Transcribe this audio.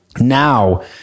Now